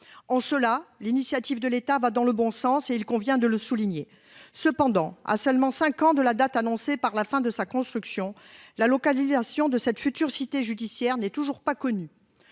En cela, l'initiative de l'État va dans le bon sens et il convient de le souligner. Cependant à seulement 5 ans de la date annoncée par la fin de sa construction. La localisation de cette future cité judiciaire n'est toujours pas connue.